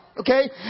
Okay